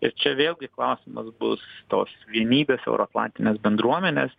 ir čia vėlgi klausimas bus tos vienybės euroatlantinės bendruomenės